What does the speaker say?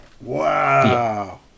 Wow